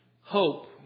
hope